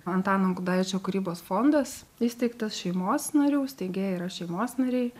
antano gudaičio kūrybos fondas įsteigtas šeimos narių steigėjai yra šeimos nariai